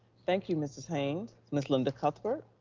thank you, mrs. haynes. miss linda cuthbert?